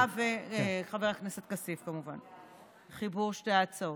סליחה, וחבר הכנסת כסיף, כמובן, חיבור שתי ההצעות.